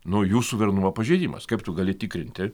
nu jų suverenumo pažeidimas kaip tu gali tikrinti